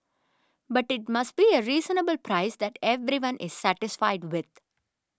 but it must be a reasonable price that everyone is satisfied with